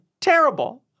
Terrible